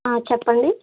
చెప్పండి